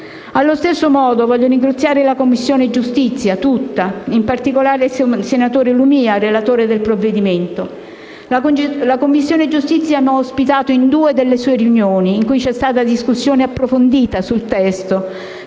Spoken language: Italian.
Allo stesso modo voglio ringraziare la Commissione giustizia tutta e in particolare il senatore Lumia, relatore del provvedimento. La Commissione giustizia mi ha ospitato in due delle sue riunioni in cui c'è stata una discussione approfondita sul testo